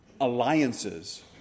Alliances